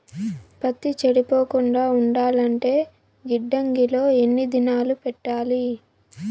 పత్తి చెడిపోకుండా ఉండాలంటే గిడ్డంగి లో ఎన్ని దినాలు పెట్టాలి?